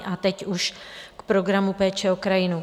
A teď už k Programu péče o krajinu.